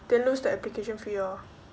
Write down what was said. then lose the application fee orh